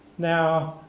now,